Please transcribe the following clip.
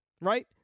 Right